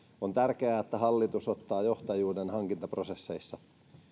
on tärkeää että hallitus ottaa johtajuuden hankintaprosesseissa